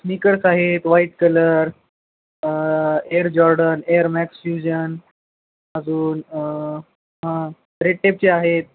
sneakers आहेत white colour air Jordan air max fusion अजून हां रेड टेपचे आहेत